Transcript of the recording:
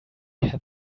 had